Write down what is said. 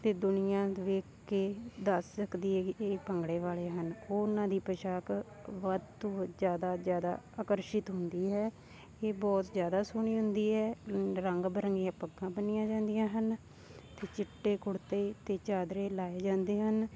ਅਤੇ ਦੁਨੀਆਂ ਵੇਖ ਕੇ ਦੱਸ ਸਕਦੀ ਏ ਇਹ ਭੰਗੜੇ ਵਾਲੇ ਹਨ ਉਹਨਾਂ ਦੀ ਪੋਸ਼ਾਕ ਵੱਧ ਤੋਂ ਜ਼ਿਆਦਾ ਜ਼ਿਆਦਾ ਆਕਰਸ਼ਿਤ ਹੁੰਦੀ ਹੈ ਇਹ ਬਹੁਤ ਜ਼ਿਆਦਾ ਸੋਹਣੀ ਹੁੰਦੀ ਹੈ ਰੰਗ ਬਿਰੰਗੀਆਂ ਪੱਗਾਂ ਬੰਨ੍ਹੀਆਂ ਜਾਂਦੀਆਂ ਹਨ ਅਤੇ ਚਿੱਟੇ ਕੁੜਤੇ ਅਤੇ ਚਾਦਰੇ ਲਾਏ ਜਾਂਦੇ ਹਨ